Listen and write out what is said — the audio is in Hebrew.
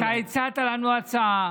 מאיר כהן, אתה הצעת לנו הצעה,